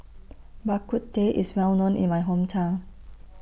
Bak Kut Teh IS Well known in My Hometown